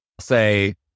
say